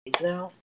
now